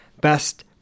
Best